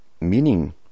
meaning